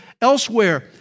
elsewhere